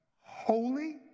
holy